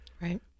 Right